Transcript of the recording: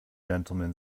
gentleman